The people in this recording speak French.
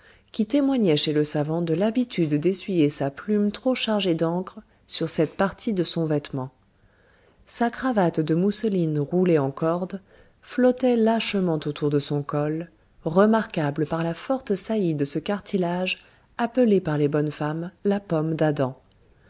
qui témoignait chez le savant de l'habitude d'essuyer sa plume trop chargée d'encre sur cette partie de son vêtement sa cravate de mousseline roulée en corde flottait lâchement autour de son col remarquable par la forte saillie de ce cartilage appelé par les bonnes femmes la pomme d'adam